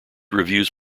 reviews